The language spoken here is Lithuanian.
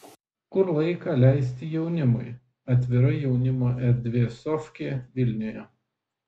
kur laiką leisti jaunimui atvira jaunimo erdvė sofkė vilniuje